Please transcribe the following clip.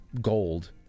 gold